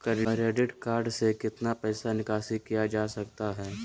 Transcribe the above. Credit card से कितना पैसा निकासी किया जा सकता है?